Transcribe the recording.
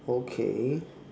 okay